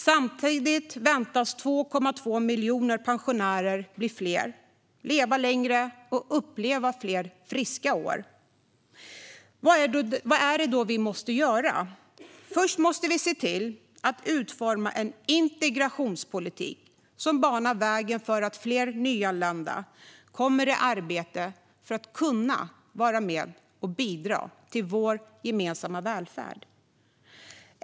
Samtidigt väntas 2,2 miljoner pensionärer bli fler, leva längre och uppleva fler friska år. Vad är det då vi måste göra? Först måste vi se till att utforma en integrationspolitik som banar vägen för att fler nyanlända kommer i arbete och kan vara med och bidra till vår gemensamma välfärd.